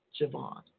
Javon